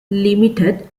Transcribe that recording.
limited